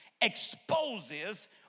exposes